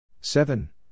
seven